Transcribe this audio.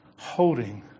holding